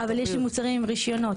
אבל יש מוצרים עם רשיונות,